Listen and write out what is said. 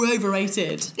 Overrated